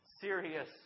serious